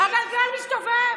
הגלגל מסתובב,